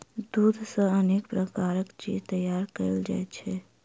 दूध सॅ अनेक प्रकारक चीज तैयार कयल जाइत छै